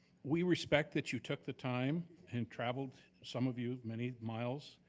we respect that you took the time and traveled, some of you, many miles,